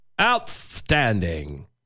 Outstanding